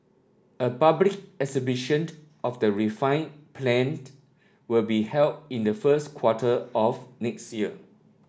a public exhibition of the refined planed will be held in the first quarter of next year